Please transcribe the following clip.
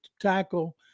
tackle